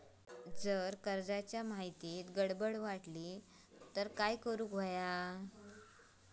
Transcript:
जर कर्जाच्या माहितीत गडबड वाटली तर काय करुचा?